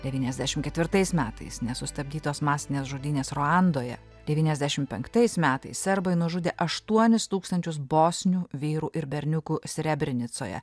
devyniasdešim ketvirtais metais nesustabdytos masinės žudynės ruandoje devyniasdešim penktais metais serbai nužudė aštuonis tūkstančius bosnių vyrų ir berniukų srebrenicoje